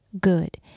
good